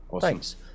thanks